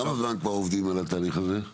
כמה זמן כבר עובדים על התהליך הזה?